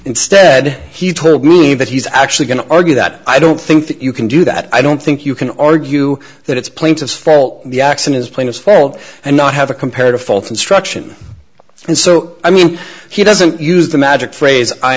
instead he told me that he's actually going to argue that i don't think that you can do that i don't think you can argue that it's plaintiff fault the x and his plaintiff failed and not have a comparative fault instruction and so i mean he doesn't use the magic phrase i